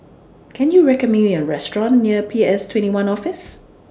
Can YOU recommend Me A Restaurant near P S twenty one Office